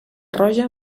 roja